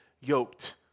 yoked